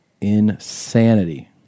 insanity